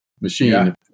machine